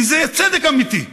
כי זה צדק אמיתי.